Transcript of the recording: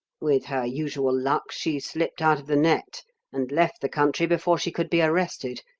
with her usual luck she slipped out of the net and left the country before she could be arrested.